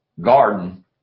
Garden